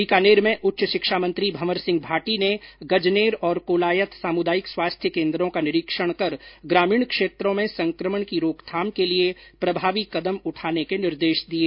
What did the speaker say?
बीकानेर में उच्च शिक्षा मंत्री भंवर सिंह भाटी ने गजनेर और कोलायत सामुदायिक स्वास्थ्य केन्द्रों का निरीक्षण कर ग्रामीण क्षेत्रों में संक्रमण की रोकथाम के लिए प्रभावी कदम उठाने के निर्देश दिये